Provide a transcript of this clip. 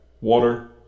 Water